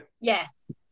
Yes